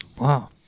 Wow